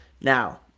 Now